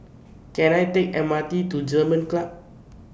Can I Take M R T to German Club